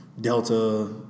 Delta